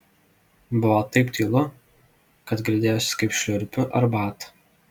buvo taip tylu kad girdėjosi kaip šliurpiu arbatą